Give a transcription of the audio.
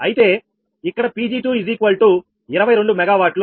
అయితే ఇక్కడ 𝑃𝑔222 𝑀W 𝜆39